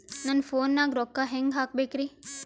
ನನ್ನ ಫೋನ್ ನಾಗ ರೊಕ್ಕ ಹೆಂಗ ಹಾಕ ಬೇಕ್ರಿ?